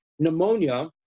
Pneumonia